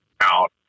out